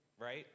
right